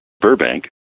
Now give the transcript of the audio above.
Burbank